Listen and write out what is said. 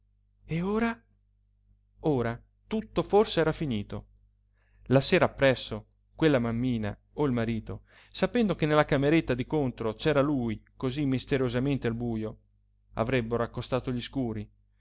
e ora ora tutto forse era finito la sera appresso quella mammina o il marito sapendo che nella cameretta di contro c'era lui cosí misteriosamente al bujo avrebbero accostato gli scuri